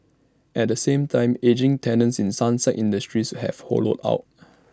at the same time ageing tenants in sunset industries have hollowed out